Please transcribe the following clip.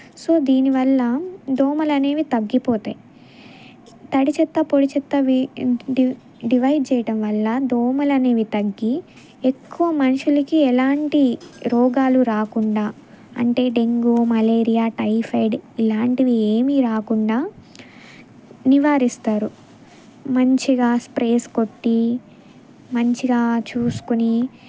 so దీనివల్ల దోమలనేవి తగ్గిపోతాయి తడి చెత్త పొడి చెత్త డివైడ్ చేయడం వల్ల దోమలు అనేవి తగ్గి ఎక్కువ మనుషులకి ఎలాంటి రోగాలు రాకుండా అంటే డెంగ్యూ మలేరియా టైఫాయిడ్ ఇలాంటివి ఏమీ రాకుండా నివారిస్తారు మంచిగా స్ప్రేస్ కొట్టి మంచిగా చూసుకుని